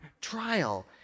trial